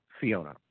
Fiona